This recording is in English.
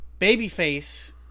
Babyface